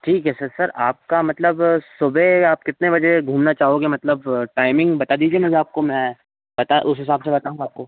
ठीक है sir sir आपका मतलब सुबह आप कितने बजे घूमना चाहोगे मतलब टाइमिंग बता दीजिए मुझे आपको मैं पता उस हिसाब से बताऊँ आपको